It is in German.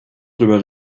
drüber